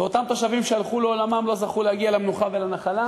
ואותם תושבים שהלכו לעולמם לא זכו להגיע למנוחה ולנחלה.